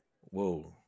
whoa